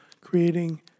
creating